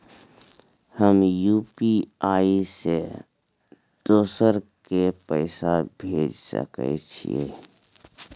हम यु.पी.आई से दोसर के पैसा भेज सके छीयै?